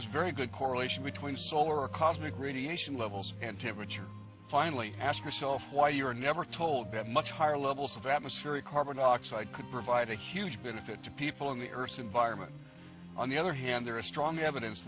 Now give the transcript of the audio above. is very good correlation between solar a cosmic radiation levels and temperature finally ask yourself why you were never told that much higher levels of atmospheric carbon dioxide could provide a huge benefit to people in the earth's environment on the other hand there is strong evidence